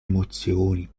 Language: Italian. emozioni